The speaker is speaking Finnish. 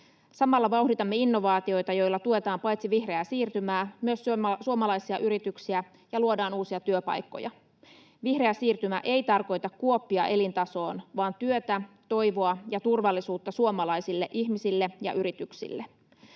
Samalla vauhditamme innovaatioita, joilla tuetaan paitsi vihreää siirtymää myös suomalaisia yrityksiä ja luodaan uusia työpaikkoja. Vihreä siirtymä ei tarkoita kuoppia elintasoon vaan työtä, toivoa ja turvallisuutta suomalaisille ihmisille ja yrityksille.